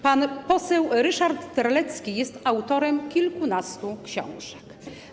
Pan poseł Ryszard Terlecki jest autorem kilkunastu książek.